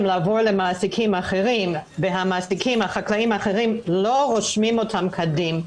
לעבור למעסיקים אחרים והמעסיקים האחרים לא רושמים אותם כדין,